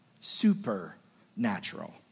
Supernatural